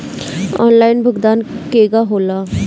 Online भुगतान केगा होला?